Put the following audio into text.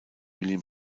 william